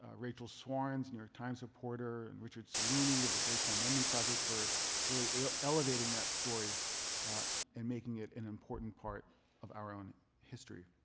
ah rachel swarns, new york times reporter, and richard cellini of the georgetown memory project for really elevating that story and making it an important part of our own history.